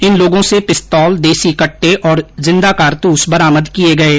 इन लोगों से पिस्तौल देसी कट्टे व जिंदा कारतूस बरामद किए गए हैं